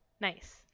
Nice